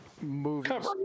movies